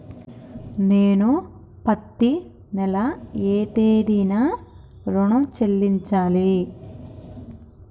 నేను పత్తి నెల ఏ తేదీనా ఋణం చెల్లించాలి?